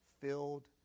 filled